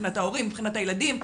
מבחינת ההורים, מבחינת הילדים,